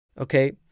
Okay